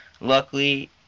luckily